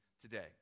today